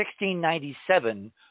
1697